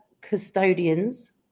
custodians